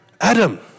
Adam